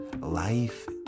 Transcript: Life